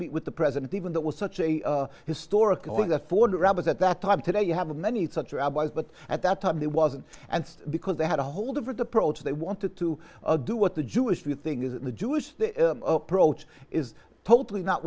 meet with the president even that was such a historic afford rabbits at that time today you have many such rabbis but at that time there wasn't and because they had a whole different approach they wanted to do what the jewish new thing is in the jewish approach is totally not